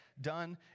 done